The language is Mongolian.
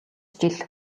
жил